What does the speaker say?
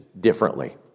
differently